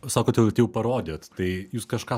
sakote vat jau parodėt tai jūs kažką